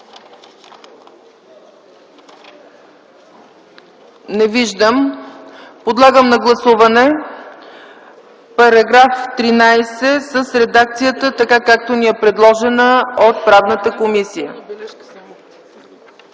Не виждам. Подлагам на гласуване § 13 в редакцията, така както ни е предложена от Комисията